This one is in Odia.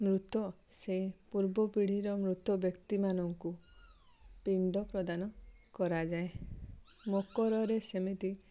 ମୃତ ସେ ପୂର୍ବ ପିଢ଼ି ର ମୃତ ବ୍ୟକ୍ତି ମାନଙ୍କୁ ପିଣ୍ଡ ପ୍ରଦାନ କରାଯାଏ ମକରରେ ସେମିତି